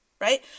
right